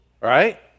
Right